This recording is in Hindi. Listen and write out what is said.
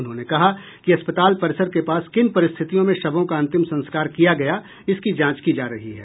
उन्होंने कहा कि अस्पताल परिसर के पास किन परिस्थितियों में शवों का अंतिम संस्कार किया गया इसकी जांच की जा रही है